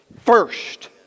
first